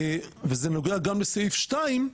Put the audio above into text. וזה נוגע גם לסעיף 2,